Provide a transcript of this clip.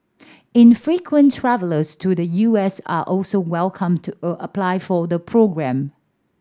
infrequent travellers to the U S are also welcome to a apply to the programme